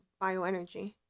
bioenergy